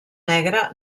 negre